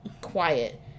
quiet